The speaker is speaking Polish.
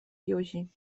józi